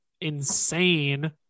insane